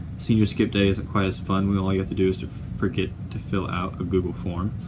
senior skip day isn't quite as fun when all you have to do is to forget to fill out a google form,